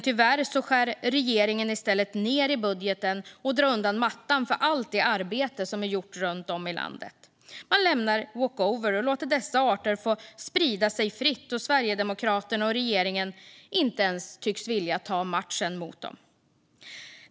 Tyvärr skär regeringen i stället ned i budgeten och drar undan mattan för allt arbete som gjorts runt om i landet. Man lämnar walkover och låter dessa arter få sprida sig fritt då Sverigedemokraterna och regeringen inte ens tycks vilja ta matchen mot dem.